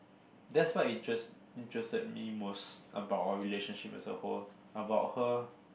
that's what interest interested me most about our relationship as a whole about her